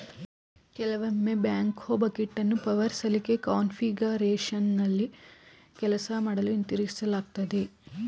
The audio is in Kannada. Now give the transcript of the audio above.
ಕೆಲವೊಮ್ಮೆ ಬ್ಯಾಕ್ಹೋ ಬಕೆಟನ್ನು ಪವರ್ ಸಲಿಕೆ ಕಾನ್ಫಿಗರೇಶನ್ನಲ್ಲಿ ಕೆಲಸ ಮಾಡಲು ಹಿಂತಿರುಗಿಸಲಾಗ್ತದೆ